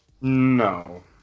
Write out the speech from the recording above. No